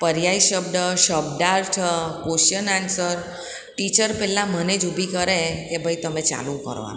પર્યાય શબ્દ શબ્દાર્થ ક્વેશન આન્સર ટીચર પહેલાં મને જ ઊભી કરે કે ભાઈ તમે ચાલુ કરો આગળ